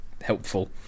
helpful